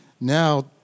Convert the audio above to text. now